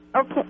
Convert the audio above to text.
Okay